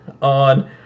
on